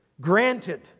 granted